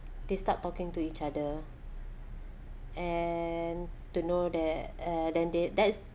they start talking to each other and to know there eh then they that's